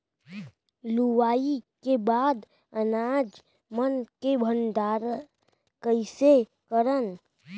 लुवाई के बाद अनाज मन के भंडारण कईसे करन?